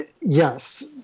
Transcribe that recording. Yes